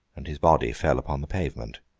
and his body fell upon the pavement,